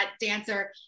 dancer